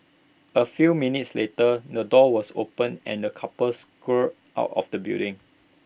A few minutes later the door was opened and the couple scurried out of the building